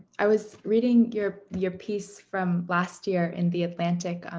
i was reading your your piece from last year in the atlantic,